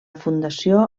fundació